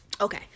Okay